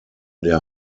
der